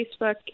Facebook